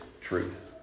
truth